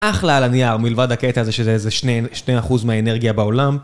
אחלה על הנייר, מלבד הקטע הזה שזה איזה 2% מהאנרגיה בעולם.